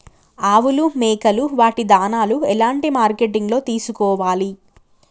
ఆవులు మేకలు వాటి దాణాలు ఎలాంటి మార్కెటింగ్ లో తీసుకోవాలి?